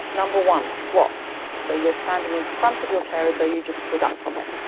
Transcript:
number one squats so you're standing in front of your chair, as though you just stood up from it.